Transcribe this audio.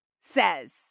says